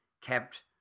kept